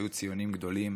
היו ציונים גדולים.